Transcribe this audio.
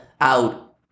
out